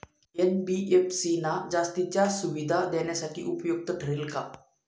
NBFC ना जास्तीच्या सुविधा देण्यासाठी उपयुक्त ठरेल का?